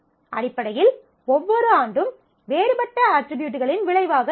அடிப்படையில் ஒவ்வொரு ஆண்டும் வேறுபட்ட அட்ரிபியூட்களின் விளைவாக இருக்கும்